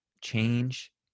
change